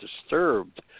disturbed